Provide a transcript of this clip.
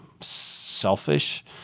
selfish